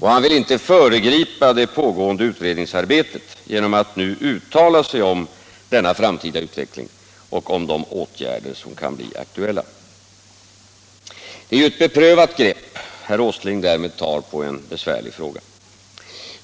Och han vill inte föregripa det pågående utredningsarbetet genom att nu uttala sig om denna framtida utveckling och om de åtgärder som kan bli aktuella. Det är ju ett beprövat grepp herr Åsling därmed tar på en besvärlig fråga.